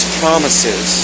promises